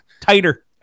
Tighter